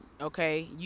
okay